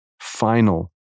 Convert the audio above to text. final